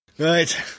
Right